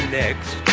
next